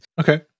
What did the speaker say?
Okay